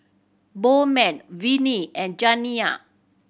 Bowman Vinie and Janiya